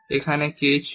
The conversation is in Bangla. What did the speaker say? এখানে কি ছিল